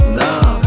nah